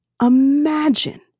imagine